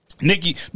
Nikki